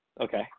okay